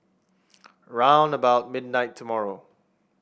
round about midnight tomorrow